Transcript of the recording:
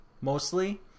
mostly